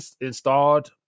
installed